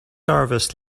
harvest